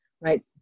right